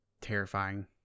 terrifying